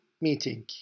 meeting